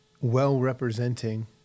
well-representing